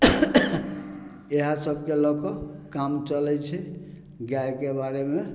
इएह सबके लअ कऽ काम चलय छै गायके बारेमे